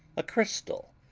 a crystal,